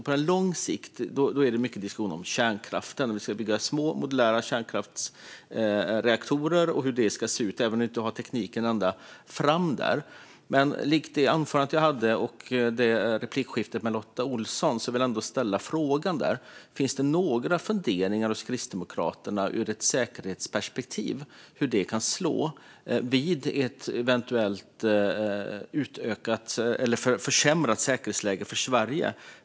På lång sikt är det mycket diskussion om kärnkraften och om att bygga små modulära kärnkraftsreaktorer och hur det ska se ut, även om vi inte har tekniken helt klar där. Som i anförandet jag höll och i replikskiftet med Lotta Olsson vill jag ställa frågan: Finns det några funderingar hos Kristdemokraterna ur ett säkerhetsperspektiv hur det kan slå vid ett eventuellt försämrat säkerhetsläge för Sverige?